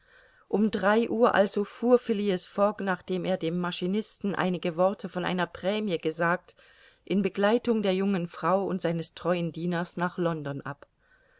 um drei uhr also fuhr phileas fogg nachdem er dem maschinisten einige worte von einer prämie gesagt in begleitung der jungen frau und seines treuen dieners nach london ab